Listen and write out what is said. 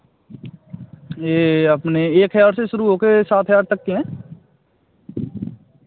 यह अपने एक हज़ार से शुरू होकर सात हज़ार तक के हैं